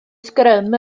sgrym